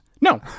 No